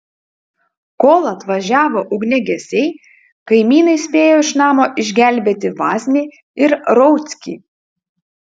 kol atvažiavo ugniagesiai kaimynai spėjo iš namo išgelbėti vaznį ir rauckį